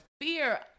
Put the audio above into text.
fear